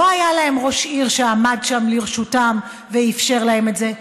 לא היה להם ראש עיר שעמד שם לרשותם ואפשר להם את זה,